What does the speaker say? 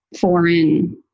foreign